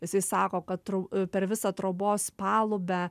jisai sako kad trau per visą trobos palubę